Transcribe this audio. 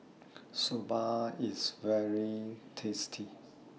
Soba IS very tasty